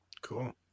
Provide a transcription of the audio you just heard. Cool